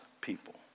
people